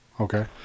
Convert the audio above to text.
Okay